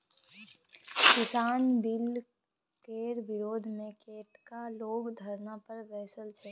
किसानक बिलकेर विरोधमे कैकटा लोग धरना पर बैसल छै